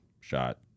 shot